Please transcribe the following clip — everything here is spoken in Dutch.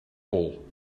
bol